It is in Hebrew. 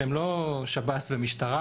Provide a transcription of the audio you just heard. שהם לא שב"ס ומשטרה,